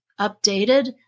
updated